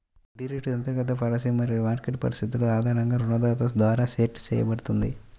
వడ్డీ రేటు అంతర్గత పాలసీలు మరియు మార్కెట్ పరిస్థితుల ఆధారంగా రుణదాత ద్వారా సెట్ చేయబడుతుంది